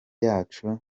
yacu